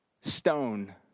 Stone